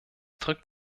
drückt